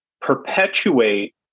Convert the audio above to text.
perpetuate